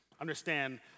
understand